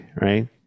right